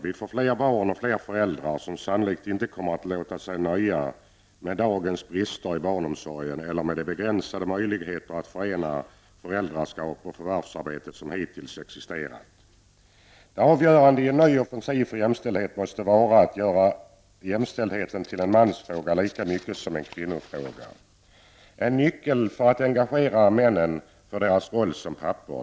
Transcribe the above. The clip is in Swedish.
Det blir fler barn och fler föräldrar som sannolikt inte kommer att låta sig nöja med dagens brister i barnomsorgen eller med de begränsade möjligheter att förena föräldraskap med arbetsliv som hittills existerat. Det avgörande i en ny offensiv för jämställdhet måste vara att göra jämställdheten till en mansfråga lika mycket som det är kvinnofråga. Det är en nyckel för att engagera männen för deras roll som pappor.